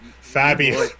Fabio